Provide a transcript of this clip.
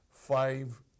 Five